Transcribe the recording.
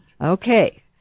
Okay